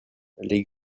les